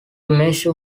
measure